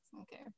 Okay